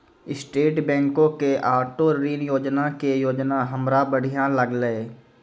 state बैंको के auto ऋण योजना के योजना हमरा बढ़िया लागलै